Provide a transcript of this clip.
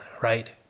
Right